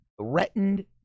threatened